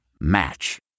Match